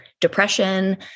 depression